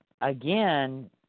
Again